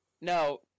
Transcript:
No